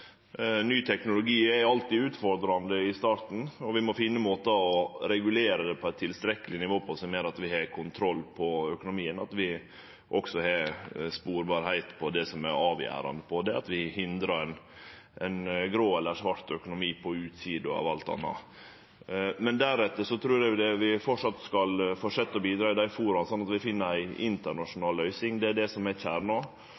Ny teknologi er alltid utfordrande i starten, og vi må finne måtar å regulere dette på på eit tilstrekkeleg nivå, som gjer at vi har kontroll på økonomien, og at vi også kan spore det som er avgjerande, slik at vi hindrar ein grå eller svart økonomi på utsida av alt anna. Men deretter trur eg vi skal fortsetje å bidra i dei foraa, slik at vi finn ei